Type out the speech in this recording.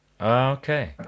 Okay